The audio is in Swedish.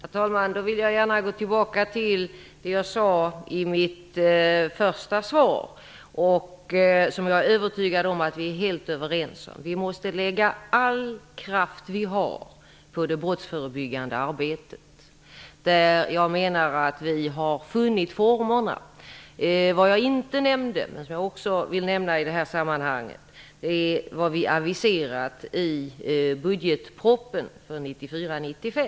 Herr talman! Jag vill gärna återgå till det som jag sade i mitt första svar, något som jag är övertygad om att vi är helt överens om. Vi måste lägga all kraft vi har på det brottsförebyggande arbetet. Och jag menar att vi har funnit formerna. Det som jag inte nämnde, men som jag i detta sammanhang gärna vill nämna, är det som vi aviserat i budgetpropositionen 1994/95.